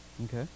Okay